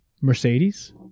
Mercedes